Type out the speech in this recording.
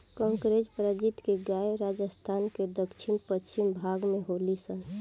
कांकरेज प्रजाति के गाय राजस्थान के दक्षिण पश्चिम भाग में होली सन